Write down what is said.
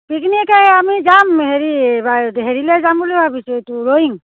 picnic এই আমি যাম হেৰি এইবাৰ হেৰিলৈ যাম বুলি ভাবিছোঁ এইটো ৰৈয়িং